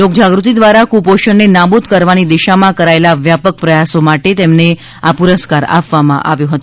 લોકજાગૃતિ દ્વારા કુપોષણને નાબૂદ કરવાની દિશામાં કરાયેલા વ્યાપક પ્રયાસો માટે તેમને આ પુરસ્કાર આપવામાં આવ્યો હતો